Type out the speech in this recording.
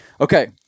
Okay